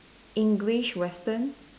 English Western